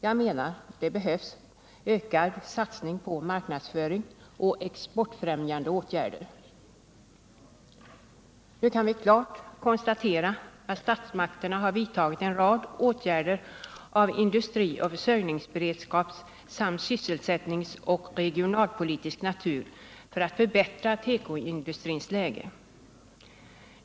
Jag menar att det behövs ökad satsning på marknadsföring och exportfrämjande åtgärder. Statsmakterna har också vidtagit en rad åtgärder av industrioch försörjningsberedskapssamt sysselsättningsoch regionalpolitisk natur för att förbättra tekoindustrins läge.